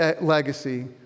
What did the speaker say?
legacy